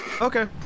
Okay